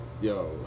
yo